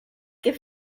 que